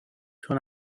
چون